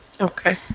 Okay